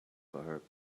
perhaps